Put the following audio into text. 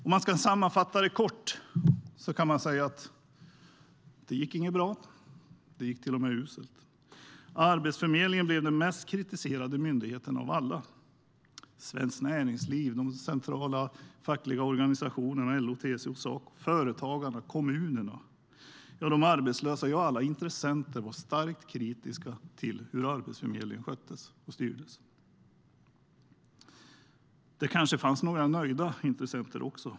Om man ska sammanfatta det kort kan man säga: Det gick inte bra - det gick till och med uselt. Arbetsförmedlingen blev den mest kritiserade myndigheten av alla. Svenskt Näringsliv, de centrala fackliga organisationerna LO, TCO och Saco, Företagarna, kommunerna, de arbetslösa, ja, alla intressenter, var starkt kritiska till hur Arbetsförmedlingen sköttes och styrdes. Det kanske fanns några nöjda intressenter också?